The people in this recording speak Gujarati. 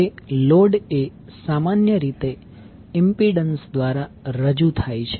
હવે લોડ એ સામાન્ય રીતે ઈમ્પીડંસ દ્વારા રજૂ થાય છે